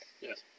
Yes